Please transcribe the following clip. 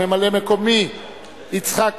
ממלא-מקומי יצחק וקנין,